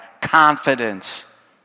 confidence